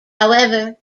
however